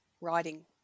writing